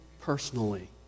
personally